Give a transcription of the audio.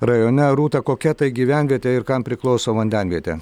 rajone rūta kokia tai gyvenvietė ir kam priklauso vandenvietė